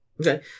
Okay